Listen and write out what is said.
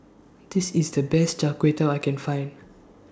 This IS The Best Char Kway Teow I Can Find